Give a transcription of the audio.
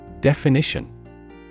Definition